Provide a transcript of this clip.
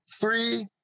three